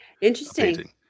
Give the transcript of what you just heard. interesting